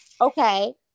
Okay